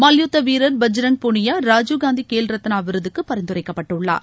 மல்யுத்த வீரர் பஜ்ரங் புனியா ராஜிவ்காந்தி கேர்த்னா விருதுக்கு பரிந்துரைக்கப்பட்டுள்ளார்